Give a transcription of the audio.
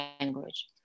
language